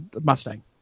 Mustang